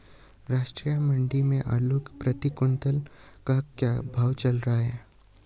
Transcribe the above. राष्ट्रीय मंडी में आलू प्रति कुन्तल का क्या भाव चल रहा है?